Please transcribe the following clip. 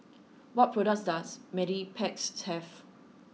what products does Mepilex have